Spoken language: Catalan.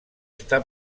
està